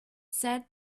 said